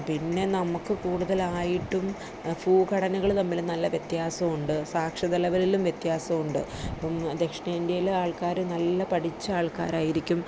പിന്നെ നമുക്ക് കൂടുതലായിട്ടും ഭൂഘടനകൾ തമ്മിൽ നല്ല വ്യത്യാസം ഉണ്ട് സാക്ഷരത ലെവലിലും വ്യത്യാസം ഉണ്ട് ഇപ്പം ദക്ഷിണേന്ത്യേൽ ആൾക്കാർ നല്ല പഠിച്ച ആൾക്കാരായിരിക്കും